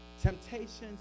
Temptations